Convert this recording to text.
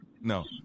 No